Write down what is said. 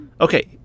Okay